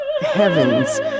heavens